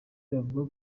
bavuga